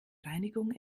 reinigung